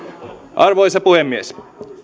arvoisa puhemies